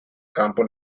campo